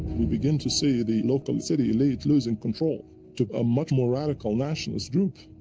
we begin to see the local city elite losing control to a much more radical nationalist group.